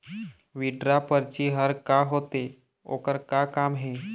Withdraw परची हर का होते, ओकर का काम हे?